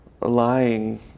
lying